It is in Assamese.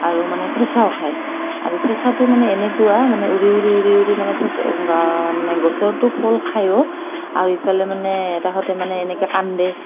আৰু মানে ফেঁচায়েও খায় আৰু ফেঁচাটো মানে এনেকুৱা মানে উৰি উৰি উৰি উৰি মানে মানে গছৰটো ফল খায়ো আৰু ইফালে মানে সিহঁতে মানে এনেকৈ কান্দে